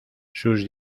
sus